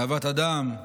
לאהבת אדם.